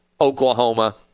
Oklahoma